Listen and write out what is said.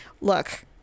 look